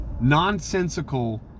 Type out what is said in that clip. nonsensical